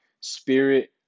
spirit